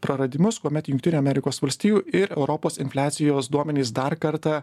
praradimus kuomet jungtinių amerikos valstijų ir europos infliacijos duomenys dar kartą